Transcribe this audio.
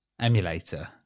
emulator